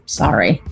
sorry